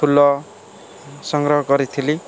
ଫୁଲ ସଂଗ୍ରହ କରିଥିଲି